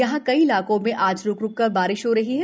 यहाँ कई इलाकों में आज रुक रूककर बारिश हो रही है